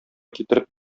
китереп